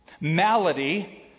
Malady